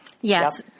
Yes